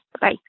Bye